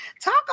Talk